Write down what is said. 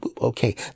Okay